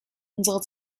unsere